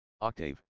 Octave